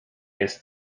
jest